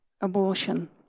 Abortion